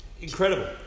Incredible